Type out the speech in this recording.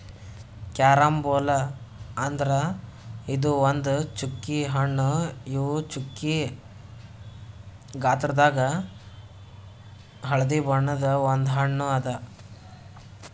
carambola ಅಂದುರ್ ಇದು ಒಂದ್ ಚ್ಚುಕಿ ಹಣ್ಣು ಇವು ಚ್ಚುಕಿ ಗಾತ್ರದಾಗ್ ಹಳದಿ ಬಣ್ಣದ ಒಂದ್ ಹಣ್ಣು ಅದಾ